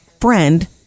friend